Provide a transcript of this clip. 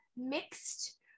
mixed